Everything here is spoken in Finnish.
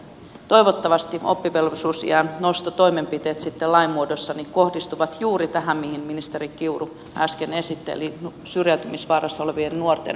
toivottavasti oppivelvollisuusiän nostotoimenpiteet sitten lain muodossa kohdistuvat juuri tähän mitä ministeri kiuru äsken esitteli syrjäytymisvaarassa olevien nuorten problematiikkaan